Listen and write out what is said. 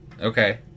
Okay